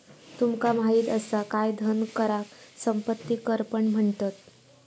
तुमका माहित असा काय धन कराक संपत्ती कर पण म्हणतत?